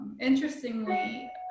interestingly